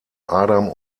adam